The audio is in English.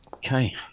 Okay